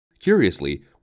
Curiously